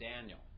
Daniel